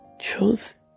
truth